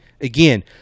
Again